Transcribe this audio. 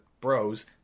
bros